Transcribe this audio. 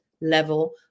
level